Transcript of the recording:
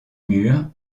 mur